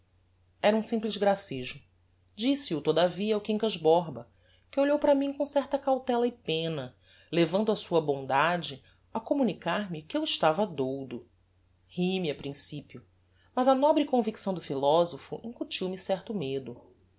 era um simples gracejo disse-o todavia ao quincas borba que olhou para mim com certa cautella e pena levando a sua bondade a communicar me que eu estava doudo ri-me a principio mas a nobre convicção do philosopho incutiu me certo medo